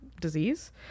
disease